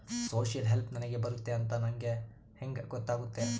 Social help ನನಗೆ ಬರುತ್ತೆ ಅಂತ ನನಗೆ ಹೆಂಗ ಗೊತ್ತಾಗುತ್ತೆ?